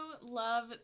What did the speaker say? love